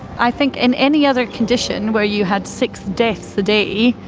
i think in any other condition where you had six deaths a day,